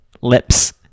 lips